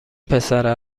پسره